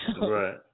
Right